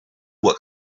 what